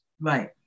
Right